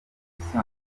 busanzwe